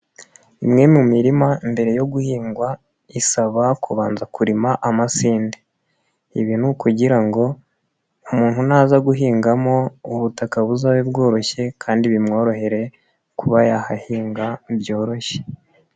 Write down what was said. Imwe mu mirima mbere yo guhingwa isaba kubanza kurima amasinde. Ibi ni ukugira ngo umuntu naza guhingamo ubutaka buzabe bworoshye kandi bimworohere kuba yahahinga byoroshye.